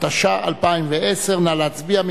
התשע"א 2010, נא להצביע.